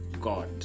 God